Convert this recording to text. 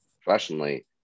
professionally